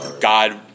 God